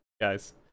guys